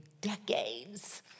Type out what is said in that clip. decades